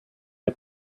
wir